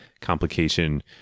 complication